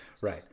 Right